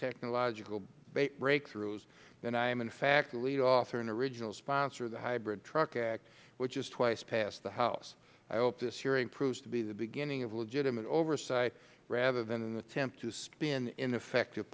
technology breakthroughs and i am in fact a lead author and original sponsor of the hybrid truck act which has twice passed the house i hope this hearing proves to be the beginning of legitimate oversight rather than an attempt to spin ineffective